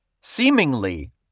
seemingly